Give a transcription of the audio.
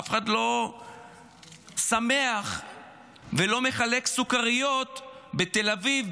אף אחד לא שמח ולא מחלק סוכריות בתל אביב,